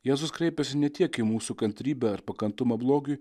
jėzus kreipiasi ne tiek į mūsų kantrybę ar pakantumo blogiui